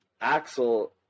Axel